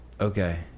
Okay